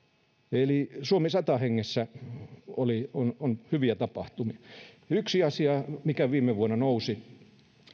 eli suomi sata hengessä oli hyviä tapahtumia yksi asia mikä viime vuonna nousi